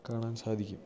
കാണാൻ സാധിക്കും